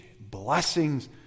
blessings